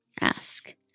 Ask